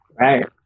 Right